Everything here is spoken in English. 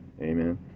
Amen